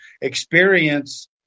experience